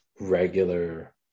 regular